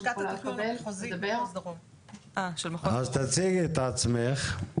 אז תציגי את עצמך.